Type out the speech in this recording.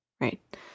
right